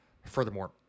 Furthermore